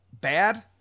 bad